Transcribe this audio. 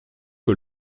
que